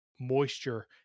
moisture